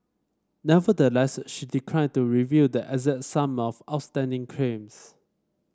nevertheless she declined to reveal the exact sum of outstanding claims